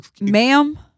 ma'am